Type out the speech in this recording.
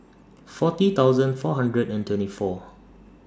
forty thousand four hundred and twenty four